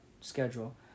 schedule